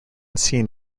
seen